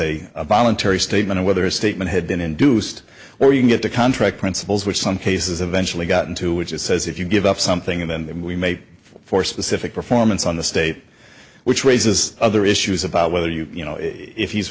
a voluntary statement or whether a statement had been induced or you get the contract principles which some cases eventually got into which it says if you give up something and we make for specific performance on the state which raises other issues about whether you you know if he's